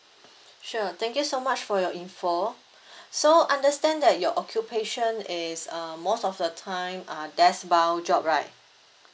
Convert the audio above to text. sure thank you so much for your info so understand that your occupation is uh most of the time are desk bound job right